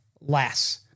less